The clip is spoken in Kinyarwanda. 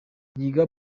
yiga